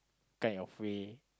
kind of way